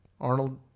Arnold